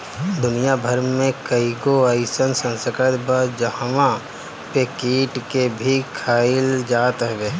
दुनिया भर में कईगो अइसन संस्कृति बा जहंवा पे कीट के भी खाइल जात हवे